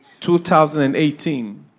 2018